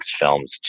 films